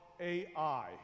AI